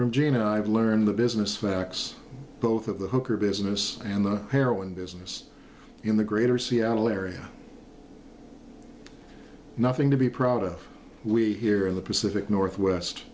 jane i've learned the business facts both of the hooker business and the heroin business in the greater seattle area nothing to be proud of we here in the pacific northwest